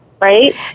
Right